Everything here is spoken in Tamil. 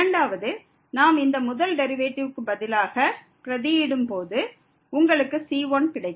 இரண்டாவது நாம் இந்த முதல் டெரிவேட்டிவ்க்கு பதிலாக பிரதியீடும் போது உங்களுக்கு c1 கிடைக்கும்